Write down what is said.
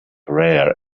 rare